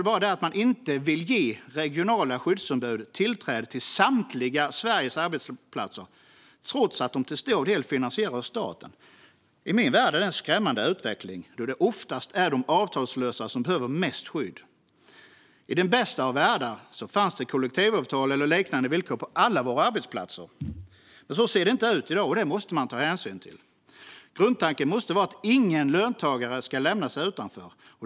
Bara det att man inte vill ge regionala skyddsombud tillträde till Sveriges samtliga arbetsplatser trots att de till stor del finansieras av staten är i min värld en skrämmande utveckling, då det oftast är de avtalslösa som behöver mest skydd. I den bästa av världar finns det kollektivavtal eller liknande villkor på alla arbetsplatser. Men så ser det inte ut i dag, och det måste man ta hänsyn till. Grundtanken måste vara att ingen löntagare ska lämnas utanför.